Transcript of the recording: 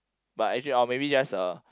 but actually or maybe just uh